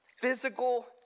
Physical